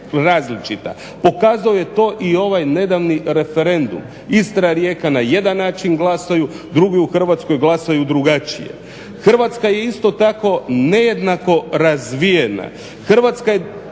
pokazao je to i ovaj nedavni referendum. Istra, Rijeka na jedan način glasaju, drugi u Hrvatskoj glasaju drugačije. Hrvatska je isto tako nejednako razvijena. Hrvatska je